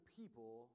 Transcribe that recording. people